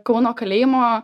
kauno kalėjimo